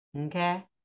Okay